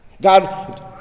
God